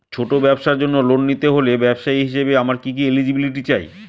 ছোট ব্যবসার জন্য লোন নিতে হলে ব্যবসায়ী হিসেবে আমার কি কি এলিজিবিলিটি চাই?